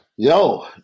Yo